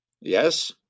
Yes